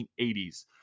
1980s